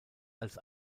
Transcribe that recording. als